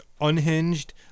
unhinged